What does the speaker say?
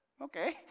Okay